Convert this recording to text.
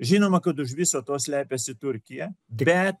žinoma kad už viso to slepiasi turkija bet